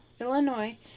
Illinois